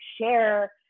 share